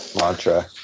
mantra